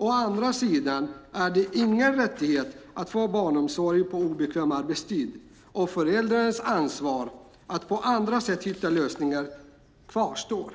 Å andra sidan är det ingen rättighet att få omsorg på obekväm arbetstid, och föräldrarnas ansvar för att hitta lösningar på andra sätt kvarstår.